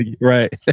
Right